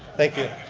thank you.